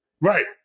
Right